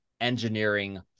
engineering